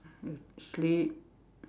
you sleep